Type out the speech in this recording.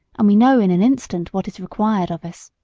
and we know in an instant what is required of us.